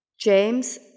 James